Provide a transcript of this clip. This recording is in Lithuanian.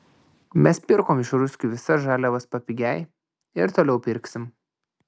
mes pirkom iš ruskių visas žaliavas papigiai ir toliau pirksim